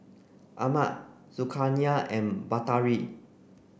Ahmad Zulkarnain and Batari